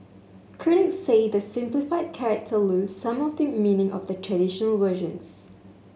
Critics say the simplified character lose some of the meaning of the traditional versions